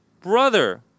brother